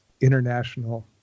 international